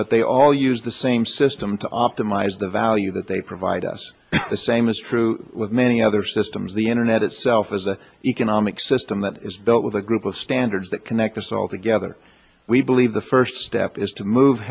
but they all use the same system to optimize the value that they provide us the same is true with many other systems the internet itself is the economic system that is built with a group of standards that connect us all together we believe the first step is to move